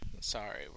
Sorry